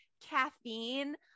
caffeine